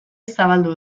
zabaldu